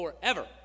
forever